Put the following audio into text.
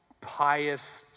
pious